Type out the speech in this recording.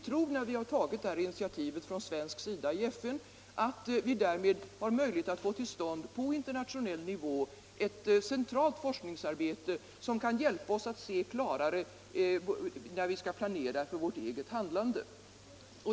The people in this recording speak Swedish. Genom att vi har tagit det här initiativet från svensk sida i FN tror vi att vi har möjlighet att på internationell nivå få till stånd ett centralt forskningsarbete, som kan hjälpa oss att se klarare när vi skall planera för vårt eget handlande.